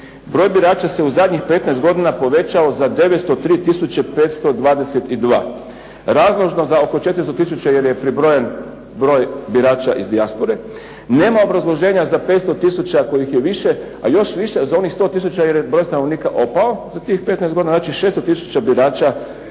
broj birača se u zadnjih 15 godina povećao za 903 tisuće 522, razložnoga oko 400 tisuća jer je pribrojen broj birača iz dijaspore. Nema obrazloženja za 500 tisuća kojih je više a još više za onih 100 tisuća jer je broj stanovnika opao za tih 15 godina. Znači, 600 tisuća birača